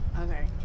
okay